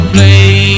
Play